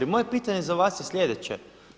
I moje pitanje za vas je sljedeće.